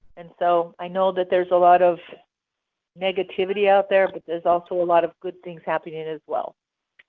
and so i know that there's a lot of negativity out there, but there's also a lot of good things happening as well.